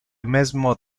mesmo